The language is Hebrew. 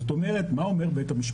זאת אומרת, מה אומר בית-המשפט?